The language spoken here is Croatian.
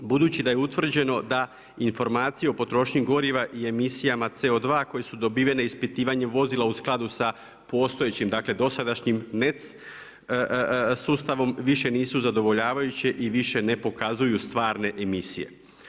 Budući da je utvrđeno da informacije o potrošnji goriva i emisijama CO2 koje su dobivene ispitivanjem vozila u skladu sa postojećim dosadašnjim … sustavom više nisu zadovoljavajuće i više ne pokazuju stvarne emisije.